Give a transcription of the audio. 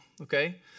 Okay